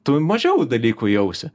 tu mažiau dalykų jausi